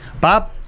Bob